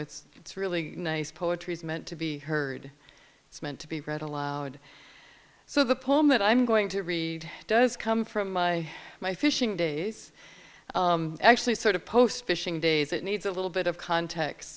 it's it's really nice poetry is meant to be heard it's meant to be read aloud so the poem that i'm going to read does come from my my fishing days actually sort of post fishing days that needs a little bit of context